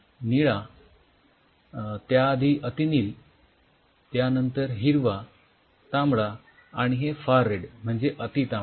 तर निळा त्याआधी अतिनील त्यानंतर हिरवा तांबडा आणि फार रेड अतितांबडा